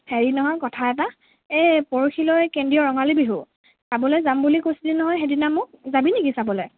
হেৰি নহয় কথা এটা এই পৰহিলৈ কেন্দ্ৰীয় ৰঙালী বিহু চাবলৈ যাম বুলি কৈছিলি নহয় সেইদিনা মোক যাবি নেকি চাবলৈ